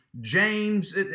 James